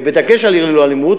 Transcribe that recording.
ובדגש על "עיר ללא אלימות",